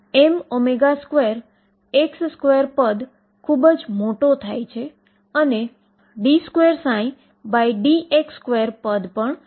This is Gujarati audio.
સ્ટેશનરી વેવ માટે ટાઈમ નો ભાગ sin ωt અથવા e iωtના સ્વરૂપનો હતો જેને રીઅલ અથવા ઈમેજનરી ભાગ તરીકે લો